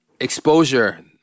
exposure